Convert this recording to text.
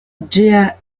ĝia